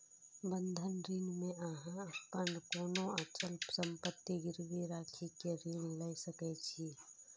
बंधक ऋण मे अहां अपन कोनो अचल संपत्ति गिरवी राखि कें ऋण लए सकै छी